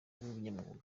n’ubunyamwuga